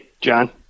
john